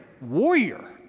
warrior